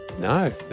No